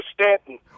Stanton